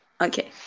okay